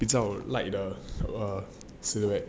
比较 light the err err silhouette overall right actually